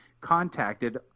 contacted